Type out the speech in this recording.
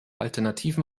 alternativen